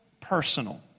personal